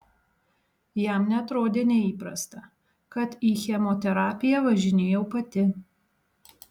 jam neatrodė neįprasta kad į chemoterapiją važinėjau pati